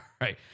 right